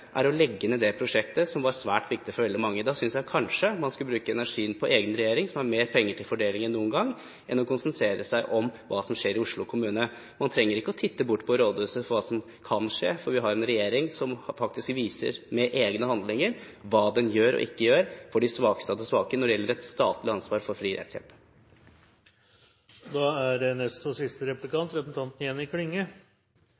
er å legge ned det prosjektet som var svært viktig for veldig mange. Da synes jeg kanskje man heller skulle bruke energien på egen regjering, som har mer penger til fordeling enn noen gang, enn å konsentrere seg om hva som skjer i Oslo kommune. Man trenger ikke å titte bort på rådhuset for å se hva som kan skje der. Man har en regjering som faktisk viser med egne handlinger hva den gjør, og ikke gjør, for de svakeste av de svake når det gjelder et statlig ansvar for fri